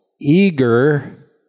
eager